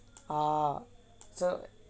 ah so